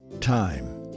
Time